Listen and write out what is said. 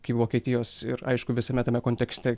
kaip vokietijos ir aišku visame tame kontekste